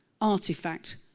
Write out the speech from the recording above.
artifact